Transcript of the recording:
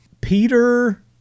Peter